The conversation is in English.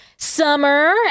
Summer